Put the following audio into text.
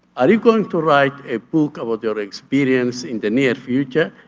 are you going to write a book about your experience in the near future,